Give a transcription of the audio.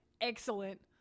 Excellent